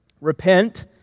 Repent